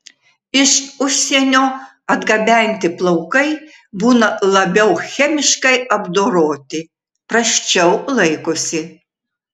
iš užsienio atgabenti plaukai būna labiau chemiškai apdoroti prasčiau laikosi